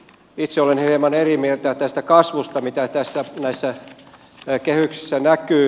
itse olen hieman eri mieltä tästä kasvusta jota näissä kehyksissä näkyy